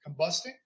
combusting